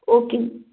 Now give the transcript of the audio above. ஓகேங்க